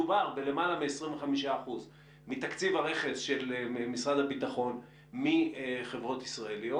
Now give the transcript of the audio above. מדובר בלמעלה מ-25% מתקציב הרכש של משרד הביטחון מחברות ישראליות,